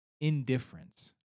indifference